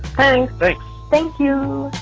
thank thank you.